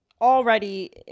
already